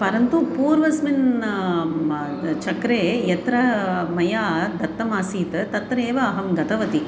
परन्तु पूर्वस्मिन् मा चक्रे यत्र मया दत्तमासीत् तत्रेव अहं गतवती